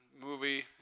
movie